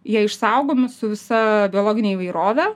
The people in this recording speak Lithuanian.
jie išsaugomi su visa biologine įvairove